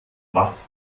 was